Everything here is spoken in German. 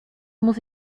muss